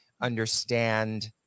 understand